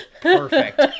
Perfect